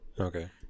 Okay